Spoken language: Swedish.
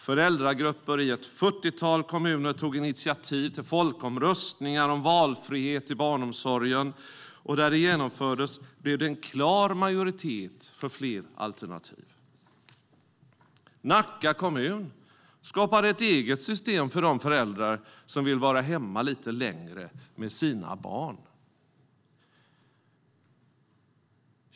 Föräldragrupper i ett fyrtiotal kommuner tog initiativ till folkomröstningar om valfrihet i barnomsorgen, och där det genomfördes blev det en klar majoritet för fler alternativ. Nacka kommun skapade ett eget system för föräldrar som vill vara hemma lite längre med sina barn.